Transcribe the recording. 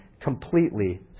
completely